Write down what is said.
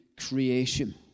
creation